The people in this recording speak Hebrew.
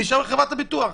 זה נשאר לחברת הביטוח.